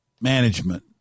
management